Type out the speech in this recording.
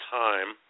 time